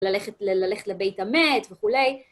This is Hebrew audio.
ללכת לבית המת וכולי.